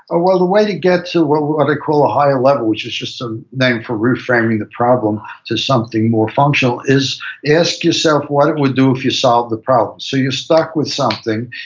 ah well, the way to get to what what i call a higher level, which is just a name for reframing the problem to something more functional, is ask yourself what it would do if you solved the problem. so you're stuck with something,